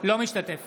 אינו משתתף